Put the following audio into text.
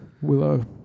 willow